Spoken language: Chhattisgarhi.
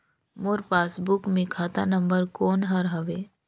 मोर पासबुक मे खाता नम्बर कोन हर हवे?